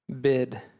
bid